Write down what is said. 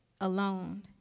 alone